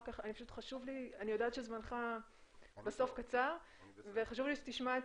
אני יודעת שזמנך קצר וחשוב לי שתשמע את